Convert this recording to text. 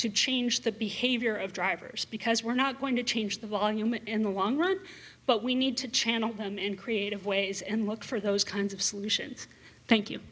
to change the behavior of drivers because we're not going to change the volume in the long run but we need to channel them in creative ways and look for those kinds of solutions thank you